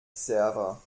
server